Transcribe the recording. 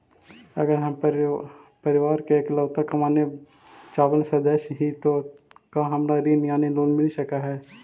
अगर हम परिवार के इकलौता कमाने चावल सदस्य ही तो का हमरा ऋण यानी लोन मिल सक हई?